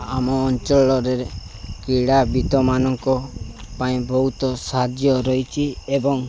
ଆମ ଅଞ୍ଚଳରେ କ୍ରୀଡ଼ାବିତମାନଙ୍କ ପାଇଁ ବହୁତ ସାହାଯ୍ୟ ରହିଛି ଏବଂ